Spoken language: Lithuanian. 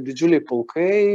didžiuliai pulkai